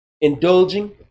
indulging